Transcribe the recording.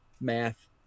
math